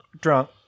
drunk